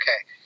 okay